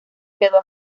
quedó